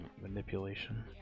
manipulation